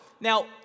Now